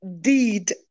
deed